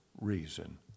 reason